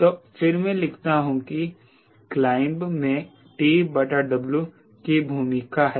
तो फिर मैं लिखता हूं कि क्लाइंब में TW की भूमिका है